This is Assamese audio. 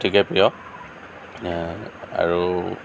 অতিকৈ প্ৰিয় আৰু